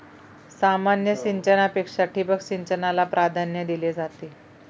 सामान्य सिंचनापेक्षा ठिबक सिंचनाला प्राधान्य दिले जाते